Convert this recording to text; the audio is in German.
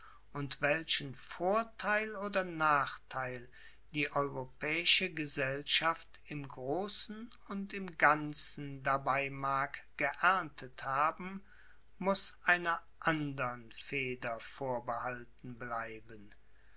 und welchen vortheil oder nachtheil die europäische gesellschaft im großen und im ganzen dabei mag geerntet haben muß einer andern feder vorbehalten bleiben